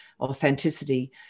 authenticity